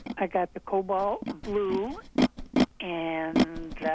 i got the cobalt blue and the